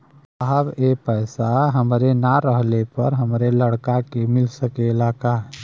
साहब ए पैसा हमरे ना रहले पर हमरे लड़का के मिल सकेला का?